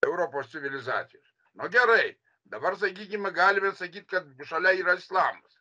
europos civilizacijos na gerai dabar sakykime galime sakyt kad šalia yra islamas